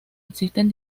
existen